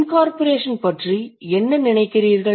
incorporation பற்றி என்ன நினைக்கிறீர்கள்